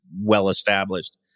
well-established